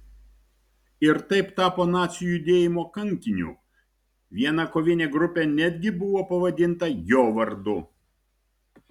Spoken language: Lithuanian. ir taip tapo nacių judėjimo kankiniu viena kovinė grupė netgi buvo pavadinta jo vardu